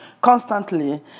constantly